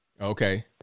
Okay